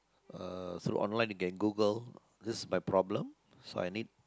uh so online you can Google just my problem so I need